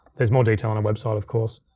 there's more detail on our website of course.